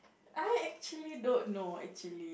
I actually don't know actually